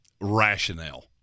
rationale